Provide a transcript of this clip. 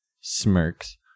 smirks